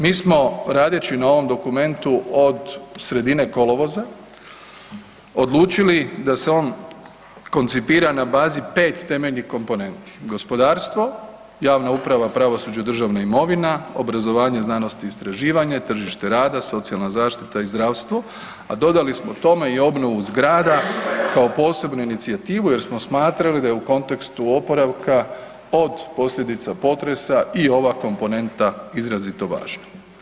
Mi smo radeći na ovom dokumentu od sredine kolovoza odlučili da se on koncipira na bazi 5 temeljnih komponenti, gospodarstvo, javna uprava, pravosuđe, državna imovina, obrazovanje, znanost i istraživanje, tržište rada, socijalna zaštita i zdravstvo a dodali smo tome i obnovu zgrada kao posebnu inicijativu jer smo smatrali da je u kontekstu oporavka od posljedica potresa i ova komponenta izrazito važna.